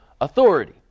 authority